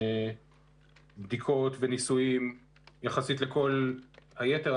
בדיקות וניסויים יחסית לכל היתר.